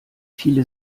viele